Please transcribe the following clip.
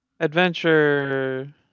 Adventure